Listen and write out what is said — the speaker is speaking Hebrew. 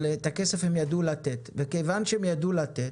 אבל את הכסף הם ידעו לתת ומכיוון שהם ידעו לתת,